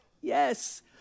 Yes